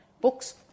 books